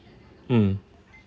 mm